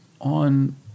on